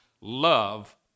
love